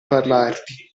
parlarti